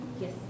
Yes